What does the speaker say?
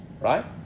right